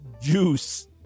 juice